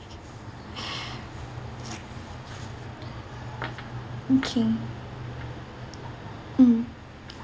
okay mm